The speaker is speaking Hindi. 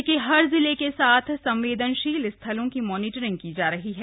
राज्य के हर जिले के साथ संवेदनशील स्थलों की मॉनीटरिंग की जा रही है